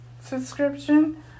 subscription